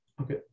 okay